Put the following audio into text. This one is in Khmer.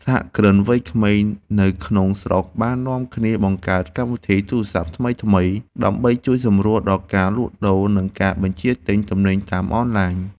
សហគ្រិនវ័យក្មេងនៅក្នុងស្រុកបាននាំគ្នាបង្កើតកម្មវិធីទូរស័ព្ទថ្មីៗ ដើម្បីជួយសម្រួលដល់ការលក់ដូរ និងការបញ្ជាទិញទំនិញតាមអនឡាញ។